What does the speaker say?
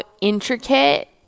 intricate